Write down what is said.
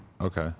okay